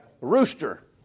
Rooster